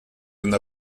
n’a